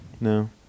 No